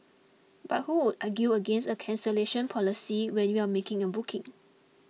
but who would argue against a cancellation policy when you are making a booking